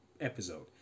episode